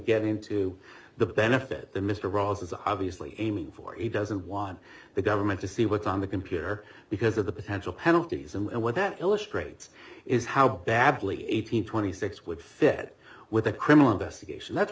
get into the benefit the mr ross is obviously aiming for it doesn't want the government to see what's on the computer because of the potential penalties and what that illustrates is how badly eight hundred twenty six would fit with a criminal investigation that's